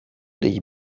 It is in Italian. dei